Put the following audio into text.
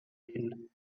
been